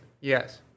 Yes